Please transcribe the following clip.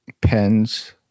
pens